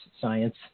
science